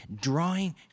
drawing